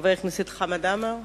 חבר הכנסת חמד עמאר,